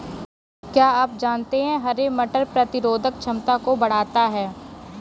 क्या आप जानते है हरे मटर प्रतिरोधक क्षमता को बढ़ाता है?